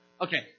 okay